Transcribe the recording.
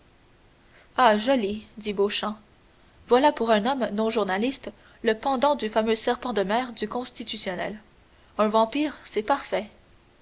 joli dit beauchamp voilà pour un homme non journaliste le pendant du fameux serpent de mer du constitutionnel un vampire c'est parfait